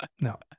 no